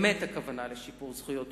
הכוונה באמת ובתמים לשיפור זכויות עובדים.